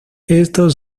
éstos